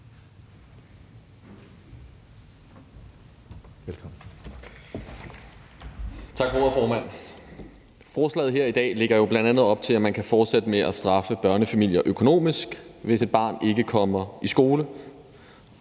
Tak for ordet, formand. Forslaget her i dag lægger jo bl.a. op til, at man kan fortsætte med at straffe børnefamilier økonomisk, hvis et barn ikke kommer i skole.